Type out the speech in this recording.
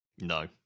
No